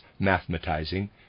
mathematizing